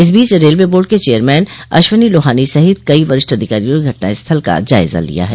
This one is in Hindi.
इस बीच रेलवे बोर्ड के चेयरमैन अश्विनी लोहानी सहित कई वरिष्ठ अधिकारियों ने घटनास्थल का जायजा लिया है